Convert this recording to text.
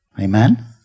Amen